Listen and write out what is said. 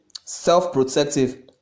self-protective